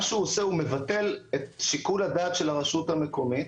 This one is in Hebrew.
הוא מבטל את שיקול הדעת של הרשות המקומית